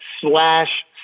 slash